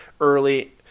early